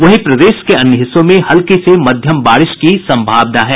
वहीं प्रदेश के अन्य हिस्सो में हल्की से मध्यम बारिश की संभावना है